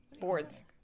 Boards